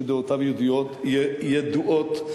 שדעותיו ידועות,